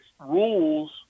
rules